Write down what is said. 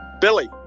Billy